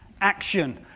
action